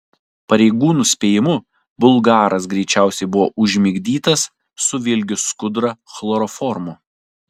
pareigūnų spėjimu bulgaras greičiausiai buvo užmigdytas suvilgius skudurą chloroformu